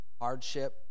hardship